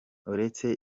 uretse